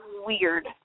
weird